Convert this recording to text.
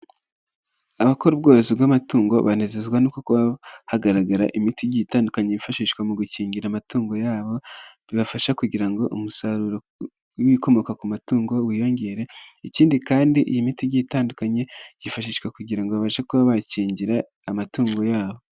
Abakora ubworozi bw'amatungo banezezwa no kuba hagaragara imiti itandukanye yifashishwa mu gukingira amatungo yabo bibafasha kugira ngo umusaruro w'ibikomoka ku matungo wiyongere, ikindi kandi iyi miti itandukanye yifashishwa kugira ngo abashe kuba bakingira amatungo yabo.